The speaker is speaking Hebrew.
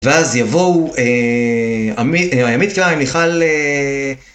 ואז יבואו..עמית קליין מיכל...